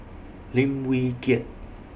Lim Wee Kiak